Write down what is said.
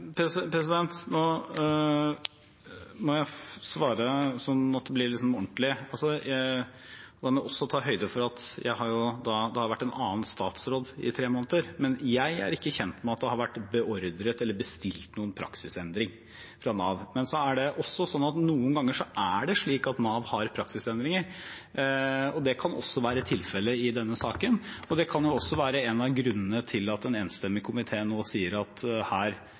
blir ordentlig, og da må jeg også ta høyde for at det har vært en annen statsråd i tre måneder: Jeg er ikke kjent med at det har vært beordret eller bestilt noen praksisendring fra Nav. Men noen ganger er det slik at Nav har praksisendringer, og det kan også være tilfellet i denne saken. Det kan også være en av grunnene til at en enstemmig komité nå sier at her